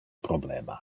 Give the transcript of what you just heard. problema